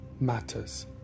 matters